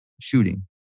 shooting